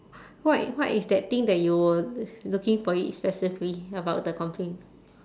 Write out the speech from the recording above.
what what is that thing that you were looking for it specifically about the complain